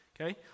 okay